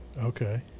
Okay